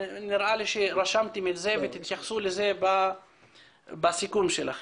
נראה לי שרשמתם את זה ותתייחסו לזה בסיכום שלכם,